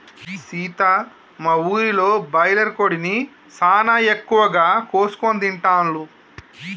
సీత మా ఊరిలో బాయిలర్ కోడిని సానా ఎక్కువగా కోసుకొని తింటాల్లు